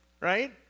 right